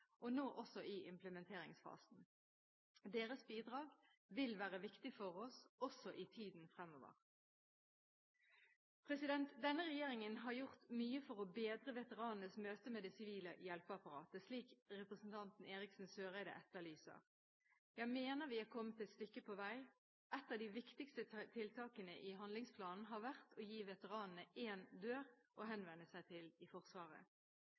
og nå også i implementeringsfasen. Deres bidrag vil være viktig for oss også i tiden fremover. Denne regjeringen har gjort mye for å bedre veteranenes møte med det sivile hjelpeapparatet, slik representanten Eriksen Søreide etterlyser. Jeg mener vi har kommet et stykke på vei. Et av de viktigste tiltakene i handlingsplanen har vært å gi veteranene én dør å henvende seg til i Forsvaret.